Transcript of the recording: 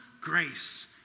grace